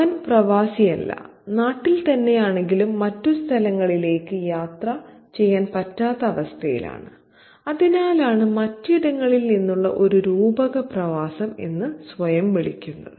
അവൻ പ്രവാസിയല്ല നാട്ടിൽ തന്നെയാണെങ്കിലും മറ്റു സ്ഥലങ്ങളിലേക്ക് യാത്ര ചെയ്യാൻ പറ്റാത്ത അവസ്ഥയിലാണ് അതിനാലാണ് മറ്റിടങ്ങളിൽ നിന്നുള്ള ഒരു രൂപക പ്രവാസം എന്ന് സ്വയം വിളിക്കുന്നത്